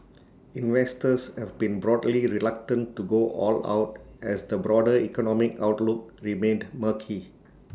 investors have been broadly reluctant to go all out as the broader economic outlook remained murky